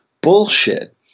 bullshit